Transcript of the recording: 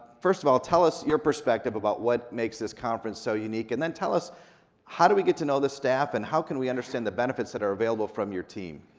first of all, tell us your perspective about what makes this conference so unique, and then tell us how do we get to know the staff, and how can we understand the benefits that are available from your team?